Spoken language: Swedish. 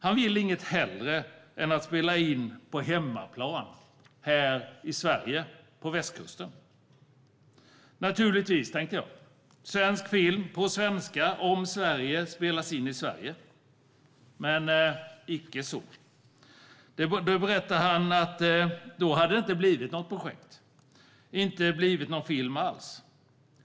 Han vill inget hellre än att spela in på hemmaplan här i Sverige, på Västkusten. Jag tänkte naturligtvis att svensk film på svenska om Sverige spelas in i Sverige. Men så är det icke. Han berättade att det då inte hade blivit något projekt och inte blivit någon film alls.